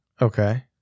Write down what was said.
Okay